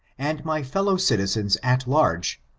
and my fellow-citizens at large,